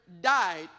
died